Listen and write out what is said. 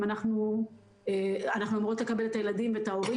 אני מאוד מכבד את מה שאמרת ואני מצטרף לדברים,